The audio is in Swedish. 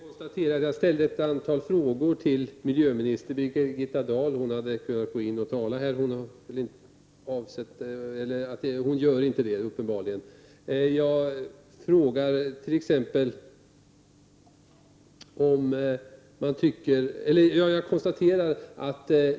Fru talman! Jag har ställt ett antal frågor till miljöminister Birgitta Dahl. Hon hade kunnat ta till orda här i kammaren, men uppenbarligen gör hon inte det.